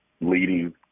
leading